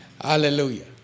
Hallelujah